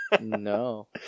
no